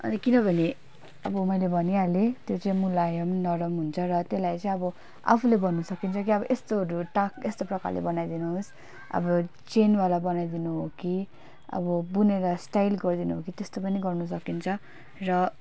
अनि किनभने अब मैले भनिहालेँ त्यो चाहिँ मुलायम नरम हुन्छ र त्यसलाई चाहिँ अब आफूले भन्न सकिन्छ कि अब यस्तोहरू टाक यस्तो प्रकारले बनाइदिनुहोस् अब चेनवाला बनाइदिनु हो कि अब बुनेर स्टाइल गरिदिनु हो कि त्यस्तो पनि गर्न सकिन्छ र